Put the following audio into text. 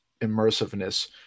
immersiveness